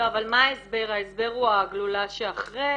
לא, אבל מה ההסבר, ההסבר הוא הגלולה שאחרי?